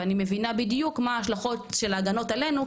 ואני מבינה בדיוק מה ההשלכות של ההגנות עלינו,